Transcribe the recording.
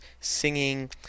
singing